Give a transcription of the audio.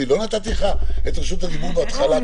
שלא נתתי לך את רשות הדיבור בהתחלה כמגיש החוק.